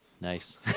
Nice